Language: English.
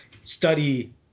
study